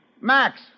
Max